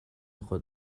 خود